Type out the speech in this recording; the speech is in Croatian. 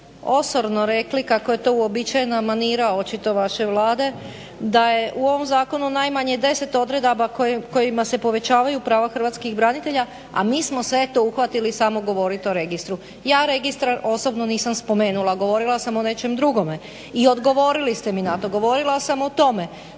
osorno rekli kako je to uobičajena manira očito vaše Vlade da je u ovom zakonu najmanje 10 odredaba kojima se povećavaju prava hrvatskih branitelja, a mi smo se eto uhvatili samo govoriti o registru. Ja registar osobno nisam spomenula. Govorila sam o nečem drugome i odgovorili ste mi na to. Govorila sam o tome